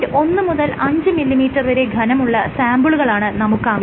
1 മുതൽ 5 മില്ലിമീറ്റർ വരെ ഘനമുള്ള സാംപിളുകളാണ് നമുക്കാവശ്യം